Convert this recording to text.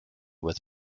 with